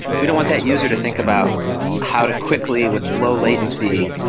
we don't want that user to think about how to quickly, with low latency,